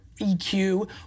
EQ